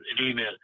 email